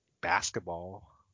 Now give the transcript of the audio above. basketball